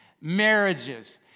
marriages